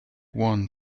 one